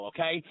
Okay